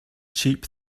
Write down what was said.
cheap